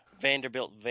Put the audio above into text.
Vanderbilt